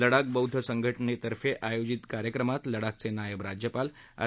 लडाख बौद्ध संघटनेतर्फे आयोजित कार्यक्रमात लडाखचे नायब राज्यपाल आर